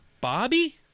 Bobby